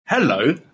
Hello